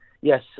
Yes